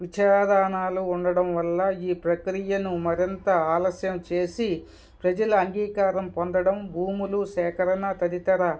విచారణలు ఉండడం వల్ల ఈ ప్రక్రియను మరింత ఆలస్యం చేసి ప్రజల అంగీకారం పొందడం భూములు సేకరణ తదితర